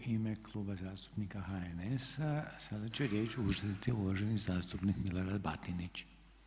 U ime Kluba zastupnika HNS-a sada će riječ uzeti uvaženi zastupnik Milorad Batinić.